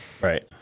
Right